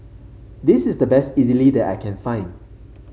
this is the best Idili that I can find